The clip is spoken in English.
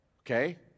okay